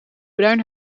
bruin